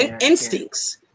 instincts